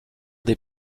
des